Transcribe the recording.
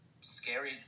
scary